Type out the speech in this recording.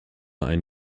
ein